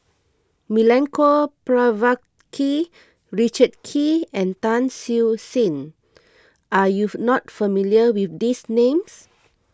Milenko Prvacki Richard Kee and Tan Siew Sin are you not familiar with these names